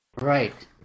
Right